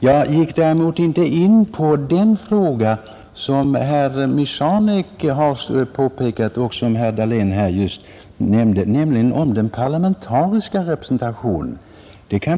Jag gick däremot inte in på den fråga som herr Michanek har tagit upp i sin bok och herr Dahlén här just nämnde, nämligen om den parlamentariska representationen.